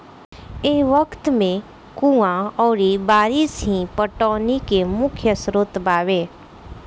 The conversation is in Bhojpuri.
ए वक्त में कुंवा अउरी बारिस ही पटौनी के मुख्य स्रोत बावे